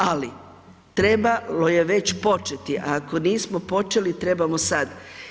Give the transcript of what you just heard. Ali, trebalo je već početi, ako nismo počeli trebamo sad.